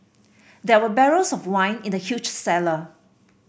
there were barrels of wine in the huge cellar